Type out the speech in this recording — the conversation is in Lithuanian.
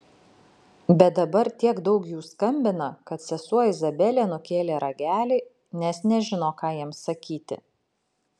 bet dabar tiek daug jų skambina kad sesuo izabelė nukėlė ragelį nes nežino ką jiems sakyti